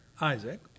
Isaac